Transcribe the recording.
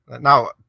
Now